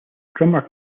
drummer